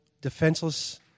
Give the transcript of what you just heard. defenseless